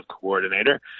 coordinator